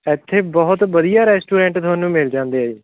ਇੱਥੇ ਬਹੁਤ ਵਧੀਆ ਰੈਸਟੋਰੈਂਟ ਤੁਹਾਨੂੰ ਮਿਲ ਜਾਂਦੇ ਆ ਜੀ